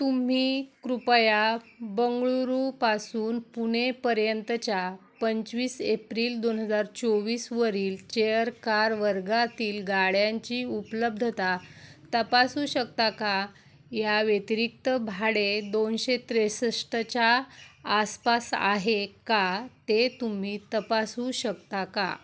तुम्ही कृपया बंगळूरूपासून पुणेपर्यंतच्या पंचवीस एप्रिल दोन हजार चोवीसवरील चेअरकार वर्गातील गाड्यांची उपलब्धता तपासू शकता का याव्यतिरिक्त भाडे दोनशे त्रेसष्ठच्या आसपास आहे का ते तुम्ही तपासू शकता का